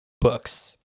books